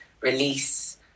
release